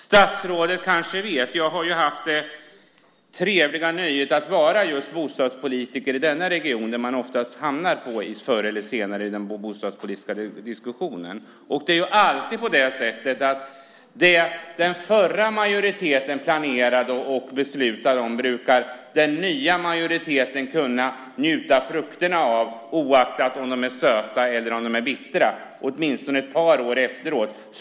Statsrådet kanske vet att jag ju har haft det trevliga nöjet att vara just bostadspolitiker i denna region, där man oftast förr eller senare hamnar i den bostadspolitiska diskussionen. Det är alltid på det sättet att det som den förra majoriteten planerade och beslutade om brukar den nya majoriteten kunna njuta frukterna av, oaktat om de är söta eller bittra, åtminstone ett par år efteråt.